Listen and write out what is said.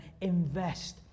invest